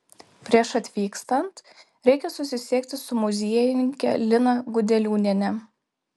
prieš atvykstant reikia susisiekti su muziejininke lina gudeliūniene